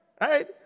right